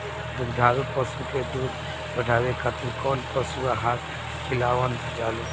दुग्धारू पशु के दुध बढ़ावे खातिर कौन पशु आहार खिलावल जाले?